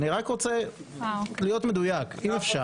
אני רק רוצה להיות מדויק, אם אפשר.